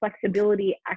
flexibility